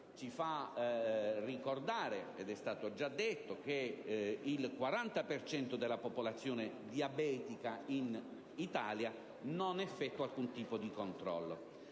di ricordare, come è stato già detto, che il 40 per cento della popolazione diabetica in Italia non effettua alcun tipo di controllo.